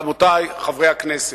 רבותי חברי הכנסת,